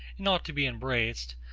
and ought to be embraced,